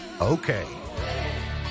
okay